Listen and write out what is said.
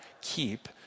keep